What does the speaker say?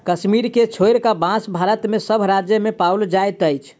कश्मीर के छोइड़ क, बांस भारत के सभ राज्य मे पाओल जाइत अछि